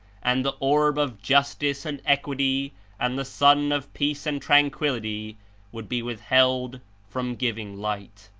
and the orb of justice and equity and the sun of peace and tranquillity would be withheld from giving light.